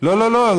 לא לא לא,